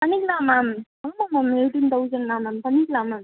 பண்ணிக்கலாம் மேம் ஆமாம் ma'am eighteen thousand தான் மேம் பண்ணிக்கலாம் மேம்